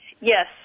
Yes